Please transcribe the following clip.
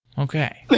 okay.